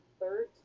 third